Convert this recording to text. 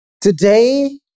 today